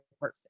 person